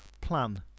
plan